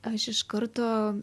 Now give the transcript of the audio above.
aš iš karto